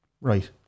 Right